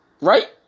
Right